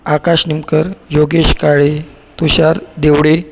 Akash Nimkar Yogesh Kale Tushar Diwade